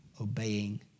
obeying